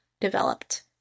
developed